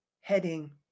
heading